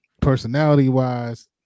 personality-wise